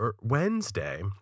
Wednesday